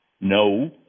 No